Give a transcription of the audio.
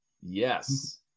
Yes